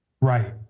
Right